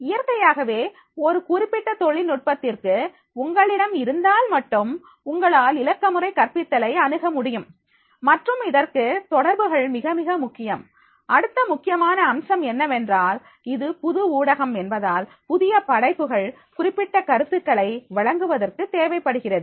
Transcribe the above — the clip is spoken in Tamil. இயற்கையாகவே ஒரு குறிப்பிட்ட தொழில் நுட்பத்திற்கு உங்களிடம் இருந்தால் மட்டும் உங்களால் இலக்கமுறை கற்பித்தலை அணுக முடியும் மற்றும் இதற்கு தொடர்புகள் மிக மிக முக்கியம் அடுத்த முக்கியமான அம்சம் என்னவென்றால் இது புது ஊடகம் என்பதால் புதிய படைப்புகள் குறிப்பிட்ட கருத்துக்களை வழங்குவதற்கு தேவைப்படுகிறது